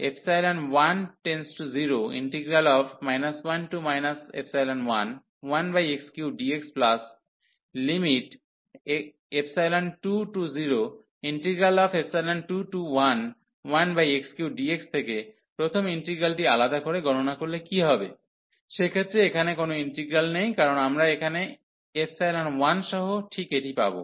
তবে 1→0⁡ 1 11x3dx2→0⁡211x3dx থেকে প্রথম ইন্টিগ্রালটি আলাদা করে গণনা করলে কী হবে সেক্ষেত্রে এখানে কোনও ইন্টিগ্রাল নেই কারণ আমরা এখানে 1 সহ ঠিক এটি পাব